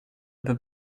peut